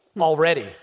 already